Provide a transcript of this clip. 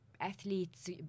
athletes